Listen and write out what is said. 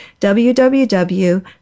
www